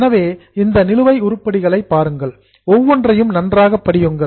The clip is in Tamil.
எனவே இந்த நிலுவை உருப்படிகளை பாருங்கள் ஒவ்வொன்றையும் நன்றாக படியுங்கள்